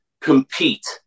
compete